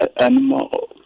Animal